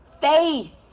faith